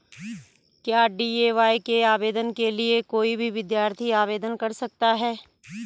क्या डी.ए.वाय के आवेदन के लिए कोई भी विद्यार्थी आवेदन कर सकता है?